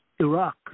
Iraq